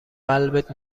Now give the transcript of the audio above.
قلبت